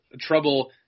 trouble